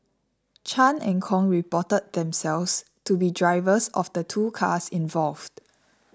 Chan and Kong reported themselves to be drivers of the two cars involved